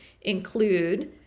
include